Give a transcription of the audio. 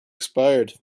expired